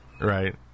Right